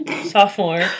sophomore